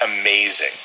Amazing